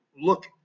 look